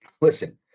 listen